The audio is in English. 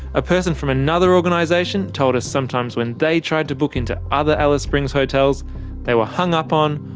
a person from another organisation told us sometimes when they tried to book into other alice springs hotels they were hung up on,